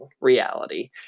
reality